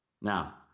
now